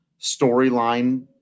storyline